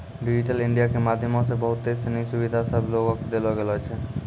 digital India के माध्यमो से बहुते सिनी सुविधा सभ लोको के देलो गेलो छै